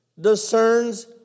discerns